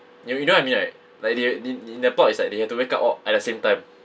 you you know what I mean right like they they in the plot is like they have to wake up all at the same time